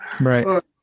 Right